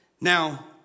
Now